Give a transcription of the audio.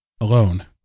alone